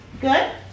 Good